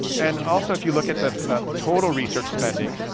and also, if you look at the ah total research spending,